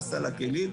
מה סל הכלים,